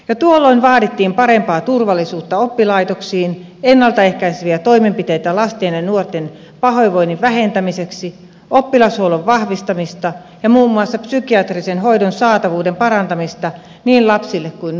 jo tuolloin vaadittiin parempaa turvallisuutta oppilaitoksiin ennalta ehkäiseviä toimenpiteitä lasten ja nuorten pahoinvoinnin vähentämiseksi oppilashuollon vahvistamista ja muun muassa psykiatrisen hoidon saatavuuden parantamista niin lapsille kuin nuorillekin